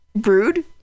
Rude